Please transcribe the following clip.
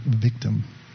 victim